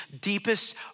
deepest